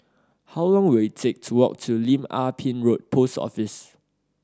how long will it take to walk to Lim Ah Pin Road Post Office